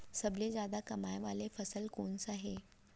सबसे जादा कमाए वाले फसल कोन से हे?